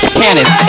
cannon